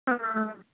आं आं